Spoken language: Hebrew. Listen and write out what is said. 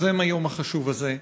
יוזם היום החשוב הזה,